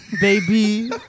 baby